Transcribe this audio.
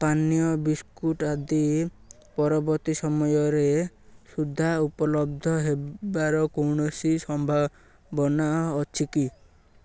ପାନୀୟ ବିସ୍କୁଟ୍ ଆଜି ପରବର୍ତ୍ତୀ ସମୟରେ ସୁଦ୍ଧା ଉପଲବ୍ଧ ହେବାର କୌଣସି ସମ୍ଭାବନା ଅଛି କି